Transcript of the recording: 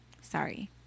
Sorry